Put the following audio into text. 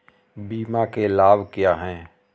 बीमा के लाभ क्या हैं?